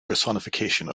personification